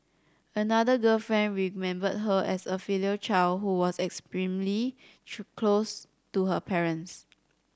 another girlfriend remembered her as a filial child who was extremely close to her parents